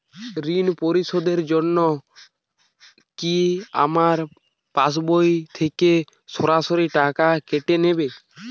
ঋণ পরিশোধের জন্য কি আমার পাশবই থেকে সরাসরি টাকা কেটে নেবে?